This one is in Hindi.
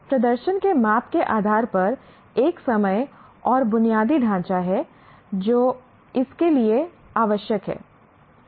प्रदर्शन के माप के आधार पर एक समय और बुनियादी ढांचा है जो इसके लिए आवश्यक है